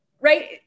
right